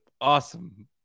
awesome